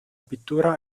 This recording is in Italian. pittura